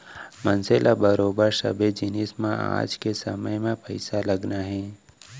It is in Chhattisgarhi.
मनसे ल बरोबर सबे जिनिस म आज के समे म पइसा लगने हे